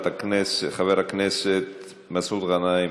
חבר הכנסת מסעוד גנאים,